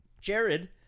Jared